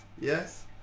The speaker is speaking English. Yes